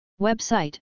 Website